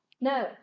No